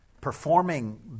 performing